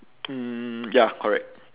mm ya correct